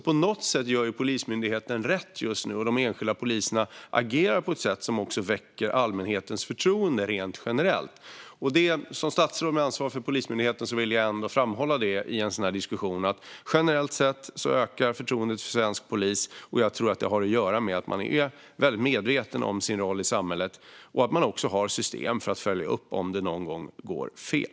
På något sätt gör alltså Polismyndigheten rätt just nu, och de enskilda poliserna agerar på ett sätt som också väcker allmänhetens förtroende rent generellt. Som statsråd med ansvar för Polismyndigheten vill jag i en sådan här diskussion ändå framhålla att förtroendet för svensk polis ökar. Jag tror att det har att göra med att man är väldigt medveten om sin roll i samhället - och att man också har system för att följa upp om något någon gång går fel.